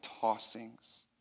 tossings